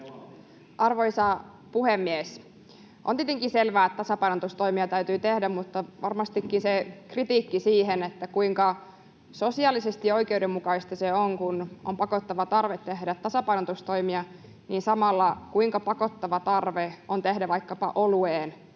Arvoisa puhemies! On tietenkin selvää, että tasapainotustoimia täytyy tehdä, mutta on varmastikin myös kritisoitava sitä, kuinka sosiaalisesti oikeudenmukaisia ne ovat. Kun on pakottava tarve tehdä tasapainotustoimia, niin kuinka pakottava tarve on samalla tehdä vaikkapa olueen